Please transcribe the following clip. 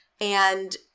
and-